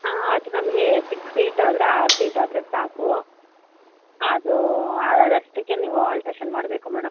ಆಂ ಅದು ನಮಗೆ six feet ಆದರೆ ಆರ್ ಫೀಟ್ ಆದರೆ ಸಾಕು ಅದು ಅದಷ್ಟಕ್ಕೆ ನೀವು ಆಲ್ಟ್ರೇಶನ್ ಮಾಡಬೇಕು ಮೇಡಮ್